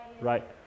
right